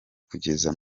kugeza